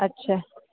अच्छा